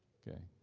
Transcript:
okay?